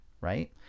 Right